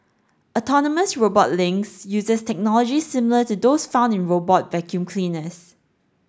autonomous robot Lynx uses technology similar to those found in robot vacuum cleaners